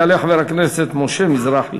יעלה חבר הכנסת משה מזרחי,